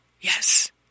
Yes